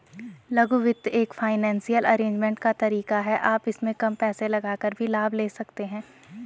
लघु वित्त एक फाइनेंसियल अरेजमेंट का तरीका है आप इसमें कम पैसे लगाकर भी लाभ ले सकते हैं